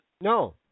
No